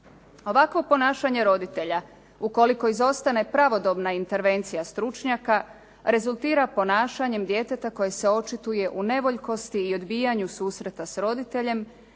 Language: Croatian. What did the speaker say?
Ovakvo ponašanje roditelja, ukoliko izostane pravodobna intervencija stručnjaka, rezultira ponašanjem djeteta koje se očituje u nevoljkosti i odbijanju susreta s roditeljem